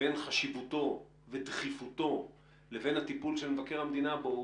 בין חשיבותו ודחיפותו לבין הטיפול של מבקר המדינה בו,